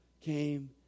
came